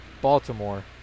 Baltimore